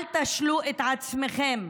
אל תשלו את עצמכם.